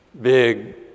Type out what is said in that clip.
big